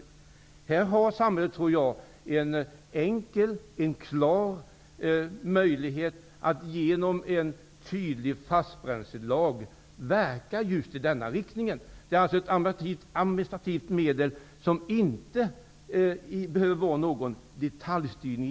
Jag tror att samhället här har en enkel och klar möjlighet att genom en tydlig fastbränslelag verka just i denna riktning. Det är ett administrativt medel som inte behöver innebära någon egentlig detaljstyrning.